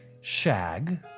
Shag